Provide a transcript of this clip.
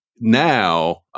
now